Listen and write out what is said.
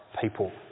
people